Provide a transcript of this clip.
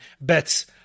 bets